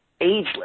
ageless